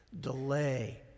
delay